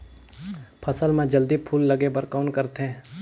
फसल मे जल्दी फूल लगे बर कौन करथे?